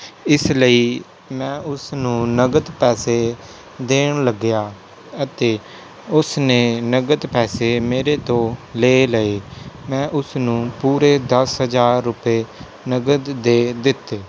ਇਸ ਲਈ ਮੈਂ ਉਸ ਨੂੰ ਨਕਦ ਪੈਸੇ ਦੇਣ ਲੱਗਿਆ ਅਤੇ ਉਸ ਨੇ ਨਕਦ ਪੈਸੇ ਮੇਰੇ ਤੋਂ ਲੈ ਲਏ ਮੈਂ ਉਸ ਨੂੰ ਪੂਰੇ ਦਸ ਹਜ਼ਾਰ ਰੁਪਏ ਨਕਦ ਦੇ ਦਿੱਤੇ